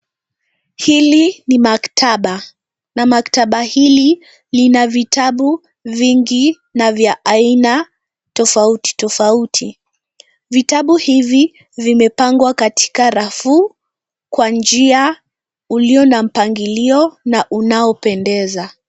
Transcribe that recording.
Hili ni maktaba na maktaba hili lina vitabu vingi na vya aina tofauti tofauti. Vitabu hivi vimepangwa katika rafu kwa njia ulio na mpangilio na unaopendeza.